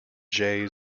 jay